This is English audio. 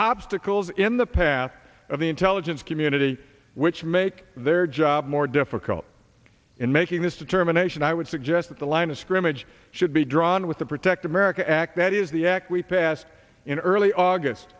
obstacles in the path of the intelligence community which make their job more difficult in making this determination i would suggest that the line of scrimmage should be drawn with the protect america act that is the act we passed in early august